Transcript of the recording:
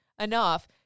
enough